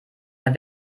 der